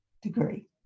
degree